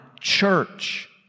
church